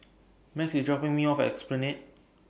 Max IS dropping Me off At Esplanade